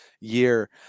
year